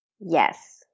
Yes